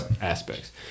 aspects